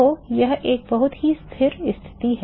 तो यह एक बहुत ही स्थिर स्थिति है